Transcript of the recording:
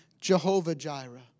Jehovah-Jireh